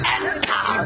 enter